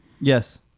Yes